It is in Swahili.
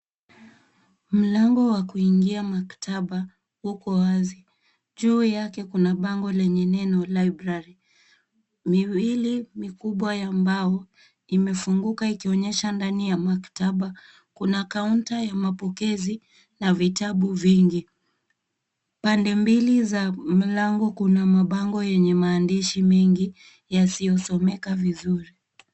Mlango wa kuingia maktaba uko wazi. Juu yake kuna bango lenye neno library . Miili mikubwa ya mbao imefunguka ikionyesha ndani ya maktaba. Kuna kaunta ya mapokezi na vitabu vingi. Pande mbili za mlango kuna mabango yenye maandishi mengi yasiyosomeka vizuri.